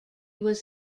was